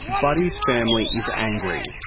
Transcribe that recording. buddy's family is angry,